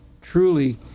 truly